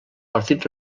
partit